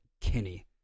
Kinney